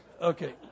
Okay